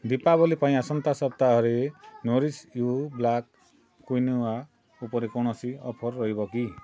ଦୀପାବଳି ପାଇଁ ଆସନ୍ତା ସପ୍ତାହରେ ନରିଶ୍ ୟୁ ବ୍ଲାକ୍ କ୍ୱିନୋଆ ଉପରେ କୌଣସି ଅଫର୍ ରହିବ କି